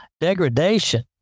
degradation